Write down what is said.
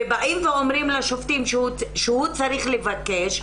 ובאים ואומרים לשופטים שהוא צריך לבקש.